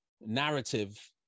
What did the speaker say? narrative